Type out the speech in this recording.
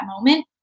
moment